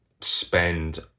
spend